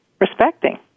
respecting